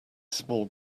small